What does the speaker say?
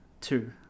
two